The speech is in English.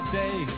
day